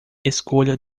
escolha